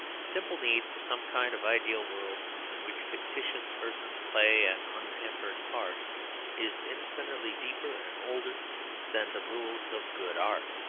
the simple need for some kind of ideal world in which fictitious persons play an unhampered part is infinitely deeper and older than the rules of good art,